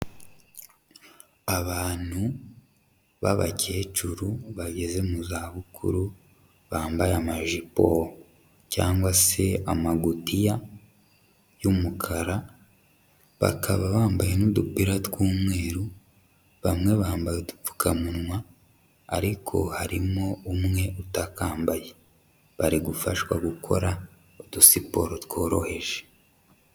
Abantu b'abakecuru bageze mu zabukuru bambaye amajipo cyangwa se amagutiya y'umukara bakaba bambaye n'udupira tw'umweru, bamwe bambaye udupfukamunwa ariko harimo umwe utakambaye. Bari gufashwa gukora udusiporo tworoheje.